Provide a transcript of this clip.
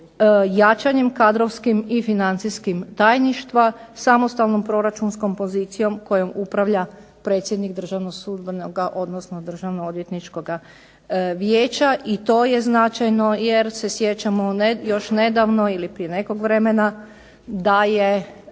jačanjem kadrovskih i financijskim tajništva, samostalnom proračunskom pozicijom kojom upravlja predsjednik Državnog sudbenog odnosno Državno odvjetničkoga vijeća. I to je značajno jer se sjećamo još nedavno ili prije nekog vremena da je